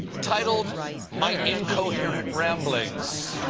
titled my incoherent ramblings.